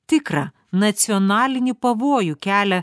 tikrą nacionalinį pavojų kelia